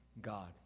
god